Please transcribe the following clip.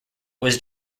was